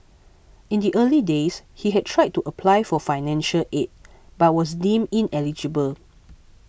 in the early days he had tried to apply for financial aid but was deemed ineligible